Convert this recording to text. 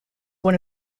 one